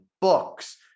books